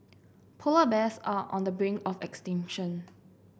polar bears are on the brink of extinction